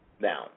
now